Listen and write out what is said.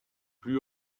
plus